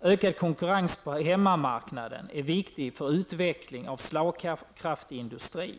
Ökad konkurrens på hemmamarknaden är viktig för utvecklingen av en slagkraftig industri.